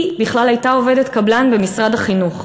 היא בכלל הייתה עובדת קבלן במשרד החינוך.